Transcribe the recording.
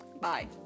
Bye